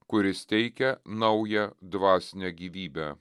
kuris teikia naują dvasinę gyvybę